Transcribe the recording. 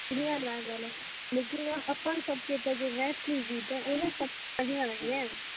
बढ़िआँ लागल लेकिन ने अपन सबकेँ तऽ जे मैथिली गीत यऽ ओहे सबसे बढ़िआँ यऽ ने